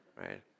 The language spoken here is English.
right